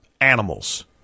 animals